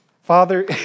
Father